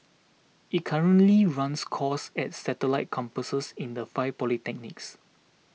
it currently runs courses at satellite campuses in the five polytechnics